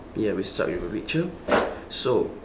ya we start with a picture so